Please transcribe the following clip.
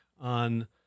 on